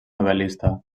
novel·lista